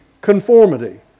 conformity